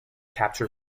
capture